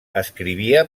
escrivia